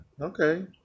okay